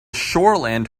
shoreland